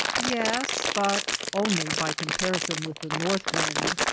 yes, but only by com parison with the north wind.